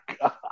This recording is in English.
God